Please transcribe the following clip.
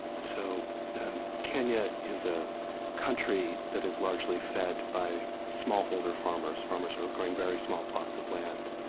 so kenya is a country that is largely fed by smallholder farmers, farmers who are growing very small plots of land.